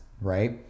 right